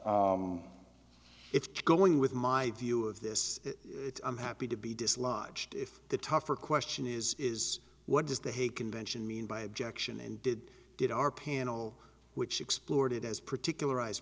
that it's going with my view of this i'm happy to be dislodged if the tougher question is is what does the hague convention mean by objection and did did our panel which explored it as particular